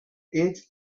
age